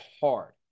hard